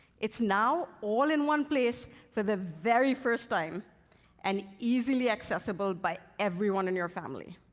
it's now all in one place for the very first time and easily accessible by everyone in your family.